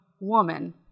woman